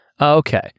Okay